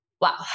Wow